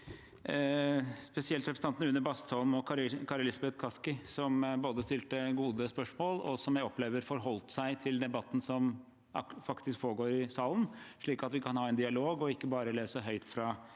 spesielt representantene Une Bastholm og Kari Elisabeth Kaski, som stilte gode spørsmål, og som jeg opplever forholdt seg til debatten som faktisk foregår i salen, slik at vi kan ha en dialog og ikke bare leser høyt fra